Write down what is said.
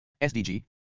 SDG